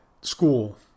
school